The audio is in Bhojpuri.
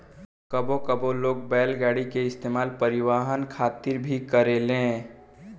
कबो कबो लोग बैलगाड़ी के इस्तेमाल परिवहन खातिर भी करत रहेले